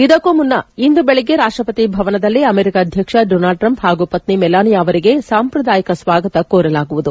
ಇದಕ್ಕೂ ಮುನ್ನ ಇಂದು ಬೆಳಗ್ಗೆ ರಾಷ್ಟಪತಿ ಭವನದಲ್ಲಿ ಅಮೆರಿಕ ಅಧ್ಯಕ್ಷ ಡೊನಾಲ್ಡ್ ಟ್ರಂಪ್ ಹಾಗೂ ಪತ್ನಿ ಮೆಲಾನಿಯಾ ಅವರಿಗೆ ಸಾಂಪ್ರದಾಯಿಕ ಸ್ವಾಗತ ಕೋರಲಾಗುವುದು